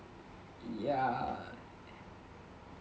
ya